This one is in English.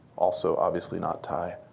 also, obviously, not thai,